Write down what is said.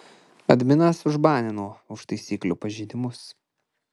adminas užbanino už taisyklių pažeidimus